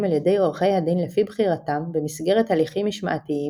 על ידי עורכי דין לפי בחירתם במסגרת הליכים משמעתיים,